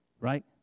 right